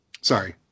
sorry